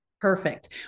Perfect